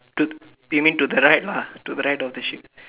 to you mean to the right lah to the right of the ship